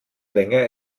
länger